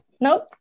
Nope